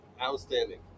Outstanding